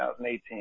2018